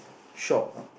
shop ah